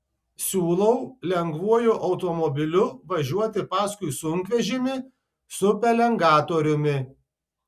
siūlau lengvuoju automobiliu važiuoti paskui sunkvežimį su pelengatoriumi